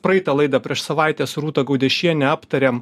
praeitą laidą prieš savaitę su rūta gaudešienė aptarėm